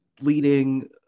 leading